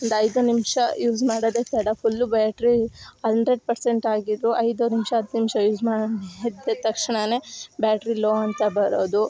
ಒಂದು ಐದು ನಿಮಿಷ ಯೂಸ್ ಮಾಡೋದೇ ತಡ ಫುಲ್ಲು ಬ್ಯಾಟ್ರಿ ಹಂಡ್ರೆಡ್ ಪರ್ಸೆಂಟ್ ಆಗಿದ್ರು ಐದು ನಿಮಿಷ ಹತ್ತು ನಿಮಿಷ ಯೂಸ್ ಮಾಡಿದ ತಕ್ಷಣ ಬ್ಯಾಟ್ರಿ ಲೋ ಅಂತ ಬರೋದು